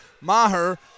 maher